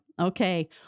Okay